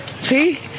See